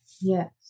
Yes